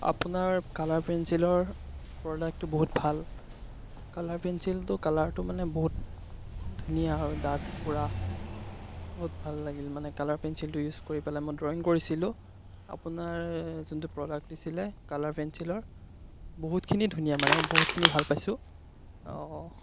আপোনাৰ কালাৰ পেঞ্চিলৰ প্ৰডাক্টটো বহুত ভাল কালাৰ পেঞ্চিলটো কালাৰটো মানে বহুত ধুনীয়া আৰু ডাঠ পূৰা বহুত ভাল লাগিল মানে কালাৰ পেঞ্চিলটো ইউজ কৰি পেলাই মই ড্ৰয়িং কৰিছিলোঁ আপোনাৰ যোনটো প্ৰডাক্ট দিছিলে কালাৰ পেঞ্চিলৰ বহুতখিনি ধুনীয়া মানে মই বহুতখিনি ভাল পাইছোঁ